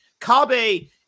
Kabe